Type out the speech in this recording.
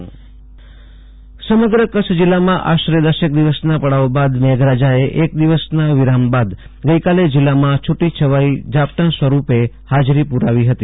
આસુતોષ અંતાણી કરછ હવામાન સમગ્ર કરછ જીલ્લામાં આશરે દશેક દિવસના પડાવ બાદ મેઘરાજાએ એક દિવસના વિરામબાદ ગઈકાલે જીલ્લામાં છૂટીછવાઈ ઝાપટાં સ્વરૂપે ફાજરી પુરાવી ફતી